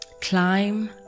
climb